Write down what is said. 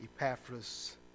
Epaphras